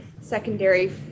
secondary